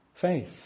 faith